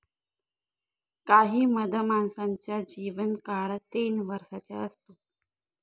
काही मधमाशांचा जीवन काळ तीन वर्षाचा असतो